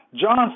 John